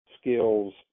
Skills